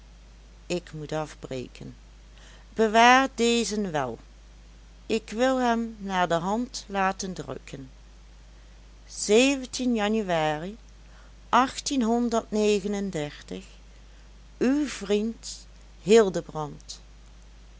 ik moet afbreken bewaar dezen wel ik wil hem naderhand laten drukken zeventien januari uw vriend hildebrand